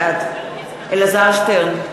בעד אלעזר שטרן,